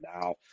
now